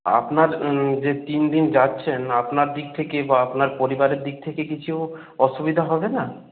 আপনার যে তিন দিন যাচ্ছেন আপনার দিক থেকে বা আপনার পরিবারের দিক থেকে কিছু অসুবিধা হবে না